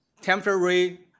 temporary